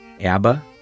ABBA